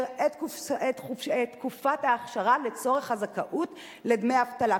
את תקופת האכשרה לצורך הזכאות לדמי אבטלה.